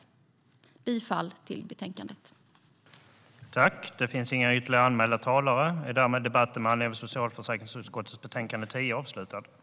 Jag yrkar bifallet till utskottets förslag i betänkandet.